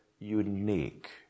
Unique